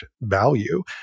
value